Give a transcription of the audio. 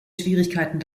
schwierigkeiten